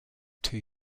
two